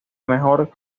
mejor